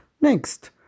Next